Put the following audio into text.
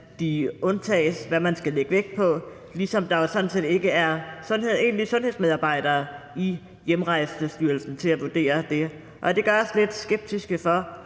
de undtages, og hvad man skal lægge vægt på, ligesom der sådan set ikke er egentlige sundhedsmedarbejdere i Hjemrejsestyrelsen til at vurdere det. Og det gør os lidt skeptiske over